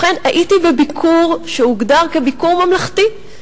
ובכן, הייתי בביקור שהוגדר כביקור ממלכתי.